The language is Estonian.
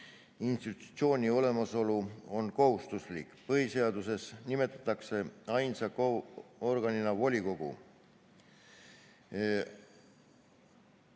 institutsiooni olemasolu on kohustuslik. Põhiseaduses nimetatakse ainsa KOV-i organina volikogu.